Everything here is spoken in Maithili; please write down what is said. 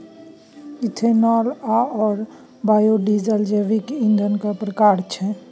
इथेनॉल आओर बायोडीजल जैविक ईंधनक प्रकार छै